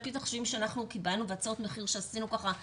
על פי תחשיבים שקיבלנו והצעות מחיר שביקשנו,